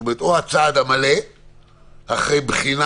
יש שתי אפשרויות שאפשר לחשוב עליהן: האפשרות שמוצעת בפניכם,